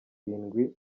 irindwi